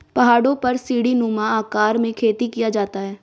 पहाड़ों पर सीढ़ीनुमा आकार में खेती किया जाता है